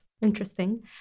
Interesting